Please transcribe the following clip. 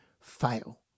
fail